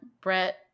Brett